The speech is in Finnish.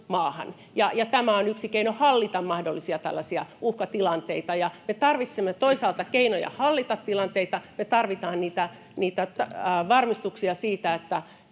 tämä on yksi keino hallita tällaisia mahdollisia uhkatilanteita, ja me tarvitsemme toisaalta keinoja hallita tilanteita. Me tarvitaan niitä varmistuksia siitä,